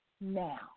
now